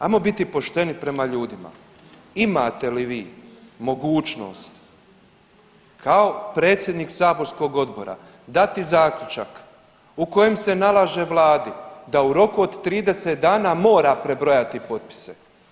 Ajmo biti pošteni prema ljudima imate li vi mogućnost kao predsjednik saborskog odbora dati zaključak u kojem se nalaže vladi da u roku od 30 dana mora prebrojati potpise.